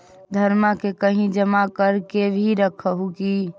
धनमा के कहिं जमा कर के भी रख हू की?